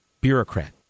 bureaucrat